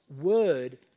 word